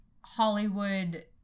Hollywood